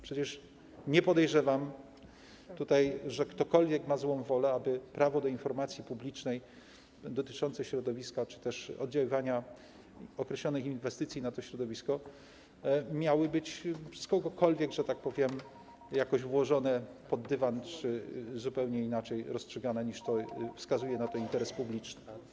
Przecież nie podejrzewam tutaj, że ktokolwiek ma złą wolę, aby prawo do informacji publicznej dotyczącej środowiska czy też oddziaływania określonych inwestycji na to środowisko, miało być przez kogokolwiek, że tak powiem, jakoś włożone pod dywan czy zupełnie inaczej rozstrzygane, niż wskazuje na to interes publiczny.